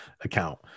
account